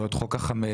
לא את חוק החמץ,